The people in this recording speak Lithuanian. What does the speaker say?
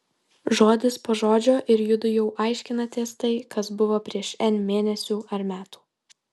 žodis po žodžio ir judu jau aiškinatės tai kas buvo prieš n mėnesių ar metų